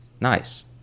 Nice